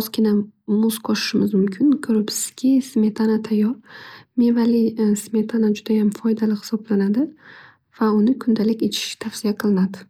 ozgina muz qo'shishimiz mumkin. Ko'ribsizki, smetana tayyor, mevali smetana judayam foydali hisoblanadi va uni kundalik ichish tavsiya etiladi.